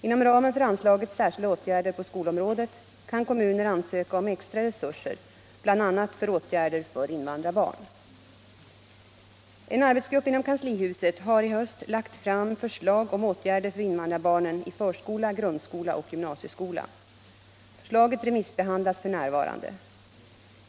Inom ramen för anslaget Särskilda åtgärder på skolområdet kan kommuner ansöka om extra resurser bl.a. för åtgärder för invandrarbarn. En arbetsgrupp inom kanslihuset har i höst lagt fram förslag om åtgärder för invandrarbarnen i förskola, grundskola och gymnasieskola. Förslaget remissbehandlas f. n.